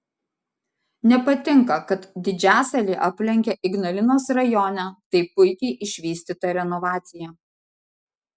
nepatinka kad didžiasalį aplenkia ignalinos rajone taip puikiai išvystyta renovacija